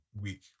week